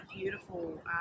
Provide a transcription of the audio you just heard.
beautiful